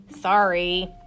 Sorry